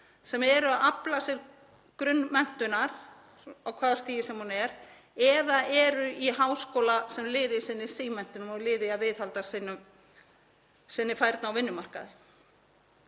sem eru að afla sér grunnmenntunar, á hvaða stigi sem hún er, eða eru í háskóla sem lið í sinni símenntun og lið í að viðhalda sinni færni á vinnumarkaði?